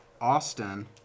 Austin